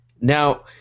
Now